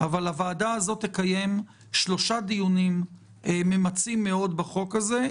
אבל הוועדה הזאת תקיים שלושה דיונים ממצים מאוד בהצעת החוק הזאת,